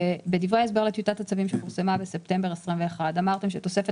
בדברי ההסבר לטיוטת הצווים שפורסמה בספטמבר 2021 אמרתם שתוספת